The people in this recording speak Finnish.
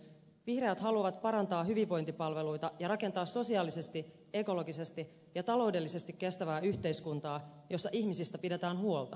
vihreät haluavat parantaa hyvinvointipalveluita ja rakentaa sosiaalisesti ekologisesti ja taloudellisesti kestävää yhteiskuntaa jossa ihmisistä pidetään huolta